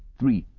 three,